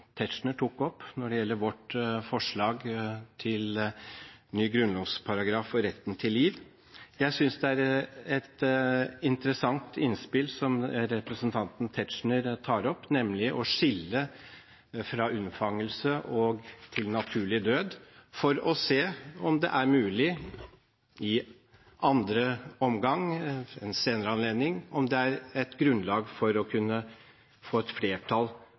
Tetzschner tok opp når det gjelder vårt forslag til ny grunnlovsparagraf og retten til liv. Jeg synes det er et interessant innspill som representanten Tetzschner tar opp, nemlig å skille dette – fra unnfangelse til naturlig død – for å se om det er mulig ved en senere anledning å få grunnlag for et tilstrekkelig flertall.